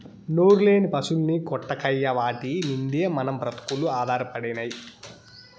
నోరులేని పశుల్ని కొట్టకయ్యా వాటి మిందే మన బ్రతుకులు ఆధారపడినై